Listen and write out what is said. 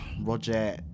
Roger